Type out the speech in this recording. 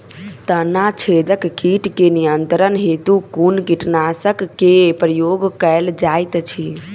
तना छेदक कीट केँ नियंत्रण हेतु कुन कीटनासक केँ प्रयोग कैल जाइत अछि?